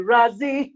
Razi